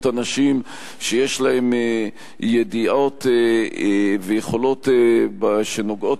אנשים שיש להם ידיעות ויכולות שנוגעות